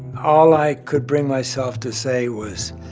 all i could bring myself to say was,